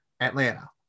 atlanta